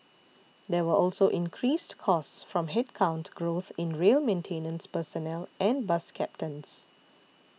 there were also increased costs from headcount growth in rail maintenance personnel and bus captains